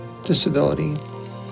disability